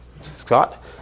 Scott